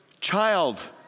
child